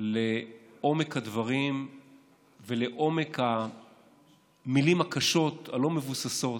לעומק הדברים ולעומק המילים הקשות, הלא-מבוססות,